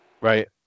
right